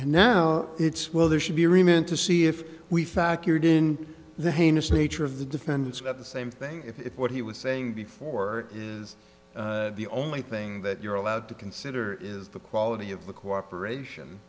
and now it's well there should be remain to see if we factored in the heinous nature of the defendants about the same thing if what he was saying before is the only thing that you're allowed to consider is the quality of the cooperation